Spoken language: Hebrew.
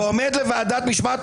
ועומד לוועדת משמעת,